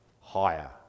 higher